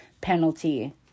penalty